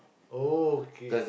oh okay